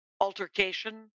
Altercation